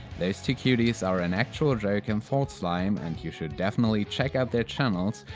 those two cuties are anactualjoke and thoughtslime and you should definitely check out their channels,